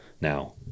Now